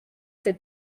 did